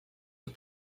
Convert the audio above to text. but